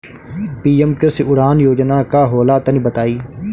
PM कृषि उड़ान योजना का होला तनि बताई?